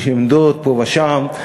יש עמדות פה ושם,